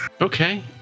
okay